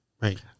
right